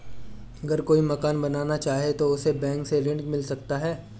अगर कोई मकान बनाना चाहे तो उसे बैंक से ऋण मिल सकता है?